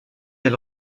elle